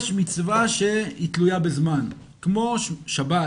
יש מצווה שהיא תלויה בזמן כמו שבת,